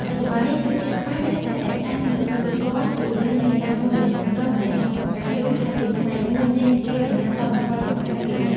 បច្ចុប្បន្ននេះ ជនជាតិខ្មែរនៅតែរក្សា និងទទួលស្គាល់ជំនឿនៃការរាប់ចំនួនដងដែលសត្វតុកែយំថាជាផ្នែកមួយនៃកេរដំណែលវប្បធម៌របស់ពួកគេ។